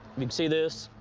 you can see this.